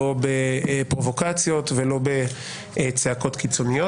לא בפרובוקציות ולא בצעקות קיצוניות.